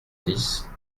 dix